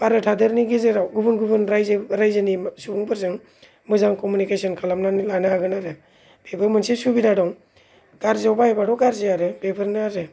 भारत हादोरनि गेजेराव गुबुन गुबुन रायजो रायजोनि सुबुंफोरजों मोजां कमिउनिकेशन खालामनानै लानो हागोन आरो बेबो मोनसे सुबिधा दं गार्जियाव बाहायबायथ' गार्जि आरो बेफोरनो आरो